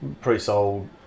pre-sold